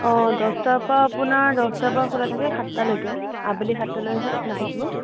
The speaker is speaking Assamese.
অ' দহটাৰ পৰা আপোনাৰ দহটাৰ পৰা খোলা থাকে সাতটা লৈকে আবেলি সাতটা লৈকে খোলা থাকিব